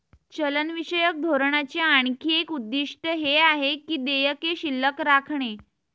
चलनविषयक धोरणाचे आणखी एक उद्दिष्ट हे आहे की देयके शिल्लक राखणे